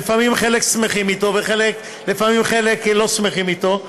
ולפעמים חלק שמחים איתו ולפעמים חלק לא שמחים איתו,